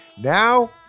Now